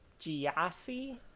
giassi